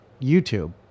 YouTube